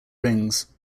rings